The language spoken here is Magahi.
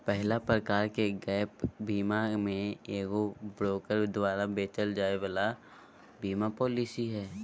पहला प्रकार के गैप बीमा मे एगो ब्रोकर द्वारा बेचल जाय वाला बीमा पालिसी हय